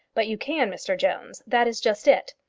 but you can, mr jones. that is just it.